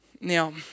Now